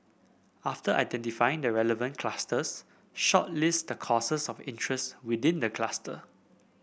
after identifying the relevant clusters shortlist the courses of interest within the cluster